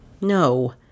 No